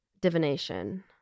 divination